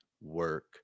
work